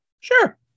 Sure